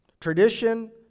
Tradition